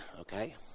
Okay